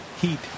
Heat